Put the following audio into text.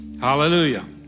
Hallelujah